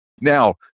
Now